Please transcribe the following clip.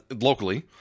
locally